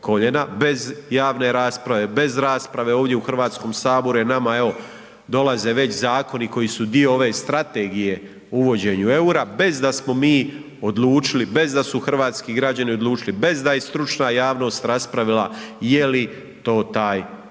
bez javne rasprave, bez rasprave ovdje u Hrvatskom saboru, jer nama evo dolaze već zakoni koji su dio ove Strategije o uvođenju eura bez da smo mi odlučili, bez da su hrvatski građani odlučili, bez da je i stručna javnost raspravila je li to taj